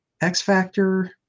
X-Factor